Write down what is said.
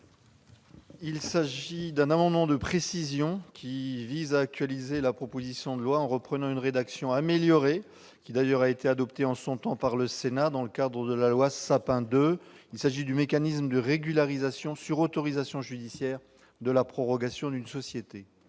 Cet amendement de précision vise à actualiser la proposition de loi, en reprenant une rédaction améliorée, adoptée en son temps par le Sénat dans le cadre de la loi Sapin II. Il porte sur le mécanisme de régularisation, sur autorisation judiciaire, de la prorogation d'une société.